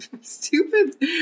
stupid